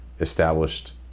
established